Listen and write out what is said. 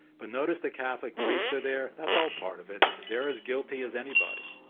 but notice the catholic priests are there? that's all part of it. they're as guilty as anybody.